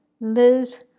Liz